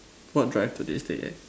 what drive today date eh